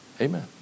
Amen